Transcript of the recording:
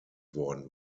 worden